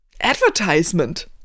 advertisement